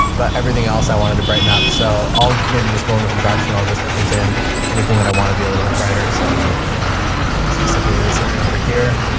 but everything else i wanted to brighten up. so i'll maybe just go in with a brush and i'll just paint in anything that i want to be a little bit brighter. so like specifically this area over here,